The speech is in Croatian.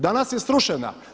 Danas je srušena.